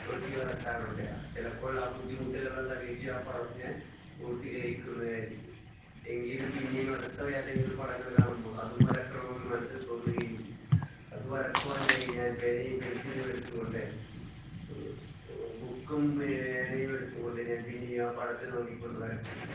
നോക്കി വരക്കാറുണ്ട് ചിലപ്പോൾ ആ ബുദ്ധിമുട്ടുകളെ സഹിച്ച് ആ പടം ഞാൻ പൂർത്തീകരിക്കുന്നതായിരിക്കും എങ്കിലും പിന്നെയും അടുത്ത ഏതെങ്കിലും പടങ്ങൾ കാണുമ്പോൾ അതും വരക്കണമെന്നും മനസ്സിൽ തോന്നുകയും അതു വരക്കുവാനായി ഞാൻ പേനയും പെൻസിലും എടുത്തു കൊണ്ട് ബുക്കും പേനയും എടുത്തു കൊണ്ട് ഞാൻ പിന്നെയും ആ പടത്തിൽ നോക്കിക്കൊണ്ട് വരക്കുന്നതായിരിക്കും